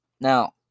now